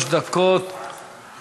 דקות נטו.